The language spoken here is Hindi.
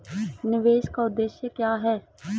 निवेश का उद्देश्य क्या है?